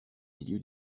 milieu